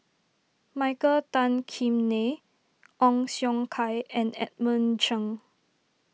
Michael Tan Kim Nei Ong Siong Kai and Edmund Cheng